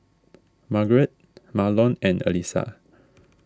Margeret Marlon and Allyssa